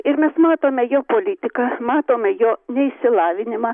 ir mes matome jo politiką matome jo neišsilavinimą